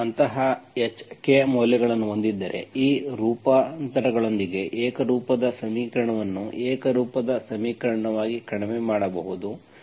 ನೀವು ಅಂತಹ hk ಮೌಲ್ಯಗಳನ್ನು ಹೊಂದಿದ್ದರೆ ಈ ರೂಪಾಂತರದೊಂದಿಗೆ ಏಕರೂಪದ ಸಮೀಕರಣವನ್ನು ಏಕರೂಪದ ಸಮೀಕರಣಕ್ಕೆ ಕಡಿಮೆ ಮಾಡಬಹುದು